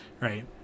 right